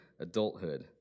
adulthood